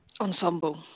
Ensemble